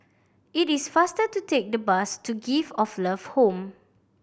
it is faster to take the bus to Gift of Love Home